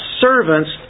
servants